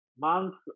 months